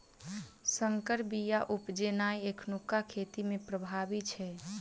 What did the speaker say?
सँकर बीया उपजेनाइ एखुनका खेती मे प्रभावी छै